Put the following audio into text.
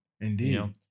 Indeed